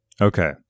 Okay